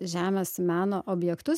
žemės meno objektus